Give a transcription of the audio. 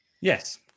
yes